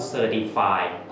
Certified